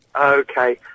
Okay